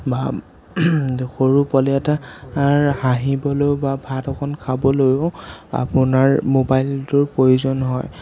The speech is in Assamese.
সৰু পোৱালি এটাৰ হাঁহিবলৈ বা ভাত অকণ খাবলৈও আপোনাৰ মোবাইলটোৰ প্ৰয়োজন হয়